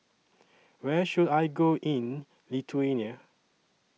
Where should I Go in Lithuania